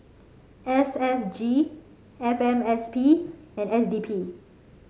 S S G F M S P and S D P